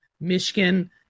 Michigan